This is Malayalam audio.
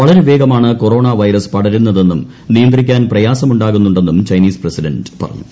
വളരെ വേഗമാണ് കൊറോണ വൈറസ് പടരുന്നതെന്നും നിയന്ത്രിക്കാൻ പ്രയാസമുണ്ടാകുന്നുണ്ടെന്നും ചൈനീസ് പ്രസിഡന്റ് പറഞ്ഞു